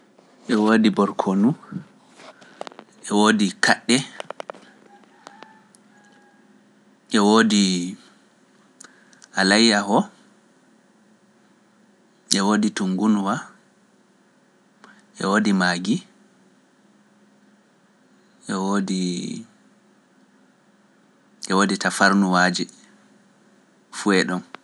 E woodi borkonu, e woodi kaɗɗe, e woodi alayya ho, e woodi tungunwa, e woodi maagi, e woodi tafarnuwaaje fuwe ɗon.